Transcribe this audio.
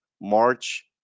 March